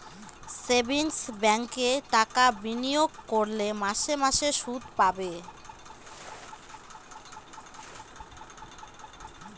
savings ব্যাঙ্কে টাকা বিনিয়োগ করলে মাসে মাসে শুদ পাবে